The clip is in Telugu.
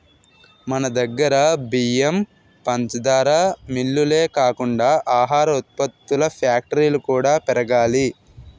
మనదగ్గర బియ్యం, పంచదార మిల్లులే కాకుండా ఆహార ఉత్పత్తుల ఫ్యాక్టరీలు కూడా పెరగాలి